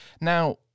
Now